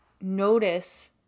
notice